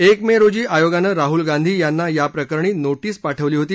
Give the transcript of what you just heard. एक मे रोजी आयोगानं राहुल गांधी यांना याप्रकरणी नोटीस पाठवली होती